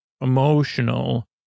emotional